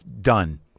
done